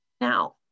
now